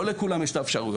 לא לכולם יש את האפשרויות,